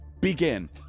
Begin